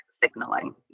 signaling